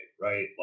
right